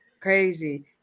Crazy